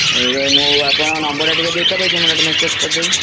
ଇଏ ମୁଁ ଆପଣଙ୍କ ନମ୍ବରଟା ଟିକେ ଦେଇ ପାରିବେକି ମୁଁ ଗୋଟିଏ ମେସେଜ କରିଦେବି